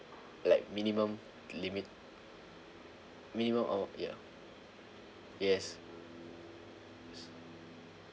like minimum limit minimum or ya yes